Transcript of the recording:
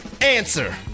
answer